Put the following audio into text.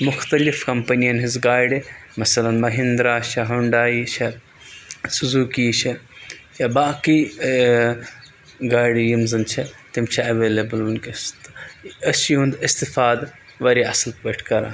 مُختلِف کَمپٔنیَن ہِنٛز گاڑِ مثلاً مٔہِنٛدرا چھےٚ ہنڈایی چھےٚ سُزوٗکی چھےٚ یا باقٕے گاڑِ یِم زَن چھےٚ تِم چھِ اویلیبٕل ونکیٚس تہٕ أسۍ چھِ یِہُنٛد اِستفاد واریاہ اَصٕل پٲٹھۍ کَران